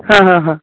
ಹಾಂ ಹಾಂ ಹಾಂ